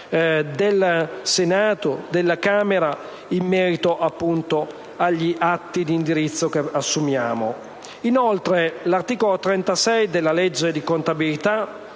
del Senato e della Camera in merito agli atti di indirizzo che assumiamo. Inoltre, l'articolo 36 della legge di contabilità